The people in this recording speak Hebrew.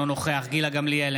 אינו נוכח גילה גמליאל,